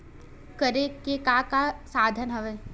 करे के का का साधन हवय?